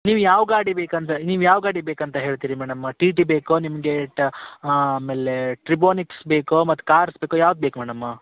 ನೀವು ಯಾವ ಗಾಡಿ ಬೇಕಂತ ನೀವು ಯಾವ ಗಾಡಿ ಬೇಕಂತ ಹೇಳ್ತೀರಿ ಮೇಡಮ್ ಟಿ ಟಿ ಬೇಕೋ ನಿಮಗೆ ಆಮೇಲೆ ಟ್ರಿಬೊನಿಕ್ಸ್ ಬೇಕೋ ಮತ್ತು ಕಾರ್ಸ್ ಬೇಕೊ ಯಾವ್ದು ಬೇಕು ಮೇಡಮ್